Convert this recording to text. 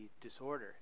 disorder